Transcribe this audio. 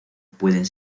pueden